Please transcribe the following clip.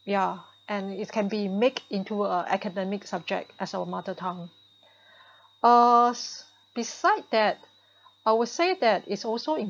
ya and if can be make into a academic subject as our mother tongue uh beside that I was say that is also in